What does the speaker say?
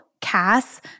Cass